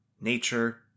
nature